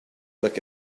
look